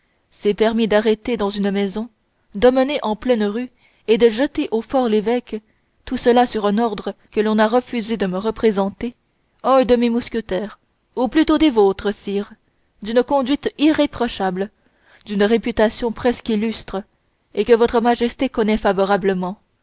s'est permis d'arrêter dans une maison d'emmener en pleine rue et de jeter au for lévêque tout cela sur un ordre que l'on a refusé de me représenter un de mes mousquetaires ou plutôt des vôtres sire d'une conduite irréprochable d'une réputation presque illustre et que votre majesté connaît favorablement